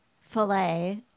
filet